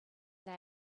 they